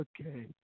Okay